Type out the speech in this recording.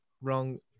wrong